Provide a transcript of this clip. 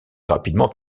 rapidement